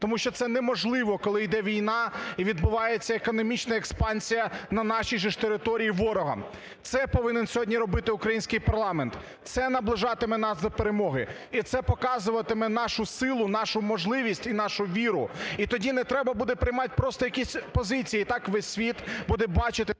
тому що це неможливо, коли йде війна і відбувається економічна експансія на нашій же ж території ворогом. Це повинен сьогодні робити український парламент, це наближатиме нас до перемоги і це показуватиме нашу силу, нашу можливість і нашу віру. І тоді не треба буде приймати просто якісь позиції, і так весь світ буде бачити…